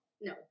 no